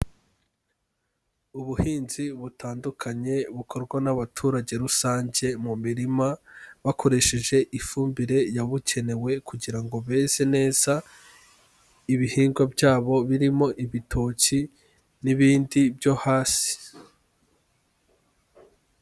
Ubuhinzi butandukanye bukorwa n'abaturage rusange mu mirima bakoresheje ifumbire yabugenewe kugira ngo beze neza ibihingwa byabo birimo ibitoki n'ibindi byo hasi.